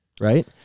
right